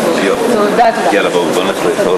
בשעה 11:00. ישיבה זו נעולה.